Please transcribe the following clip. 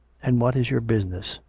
and what is your business?